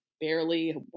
barely